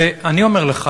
ואני אומר לך,